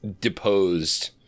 Deposed